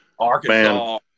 Arkansas